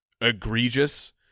egregious